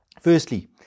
firstly